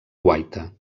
guaita